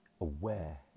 aware